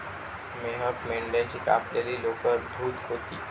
मेहक मेंढ्याची कापलेली लोकर धुत होती